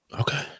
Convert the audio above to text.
Okay